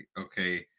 okay